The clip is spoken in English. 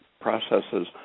processes